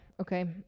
okay